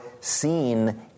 seen